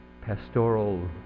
pastoral